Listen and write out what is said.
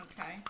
Okay